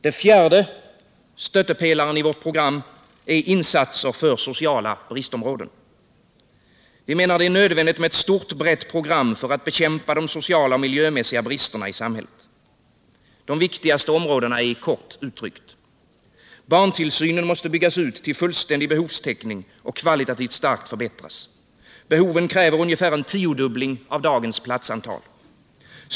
Den fjärde stöttepelaren i vårt program är insatser för sociala bristområden. Vi menar att det är nödvändigt med ett stort, brett program för att bekämpa de sociala och miljömässiga bristerna i samhället. De viktigaste områdena är kort uttryckt: Barntillsynen måste byggas ut till fullständig behovstäckning och kvalitativt starkt förbättras. Behoven kräver ungefär en tiodubbling av dagens platsantal.